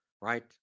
right